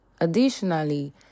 Additionally